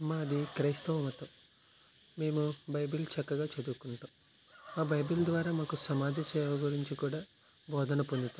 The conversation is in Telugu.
మాది క్రైస్తవ మతం మేము బైబిల్ చక్కగా చదువుకుంటాం ఆ బైబిల్ ద్వారా మాకు సమాజ సేవ గురించి కూడా బోధన పొందుతాం